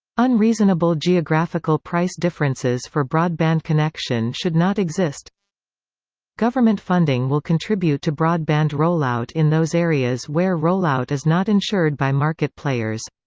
unreasonable geographical price differences for broadband connection should not exist government funding will contribute to broadband rollout in those areas where rollout is not ensured by market players.